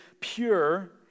pure